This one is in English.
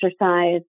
exercise